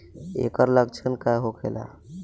ऐकर लक्षण का होखेला?